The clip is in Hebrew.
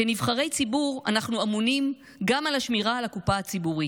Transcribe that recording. כנבחרי ציבור אנחנו אמונים גם על שמירה על הקופה הציבורית,